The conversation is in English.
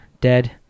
dead